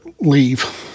leave